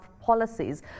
policies